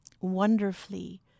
wonderfully